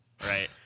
right